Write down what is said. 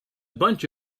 bunch